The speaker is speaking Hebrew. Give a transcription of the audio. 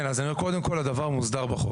כן, אז אני אומר, קודם כל הדבר מוסדר בחוק.